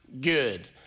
good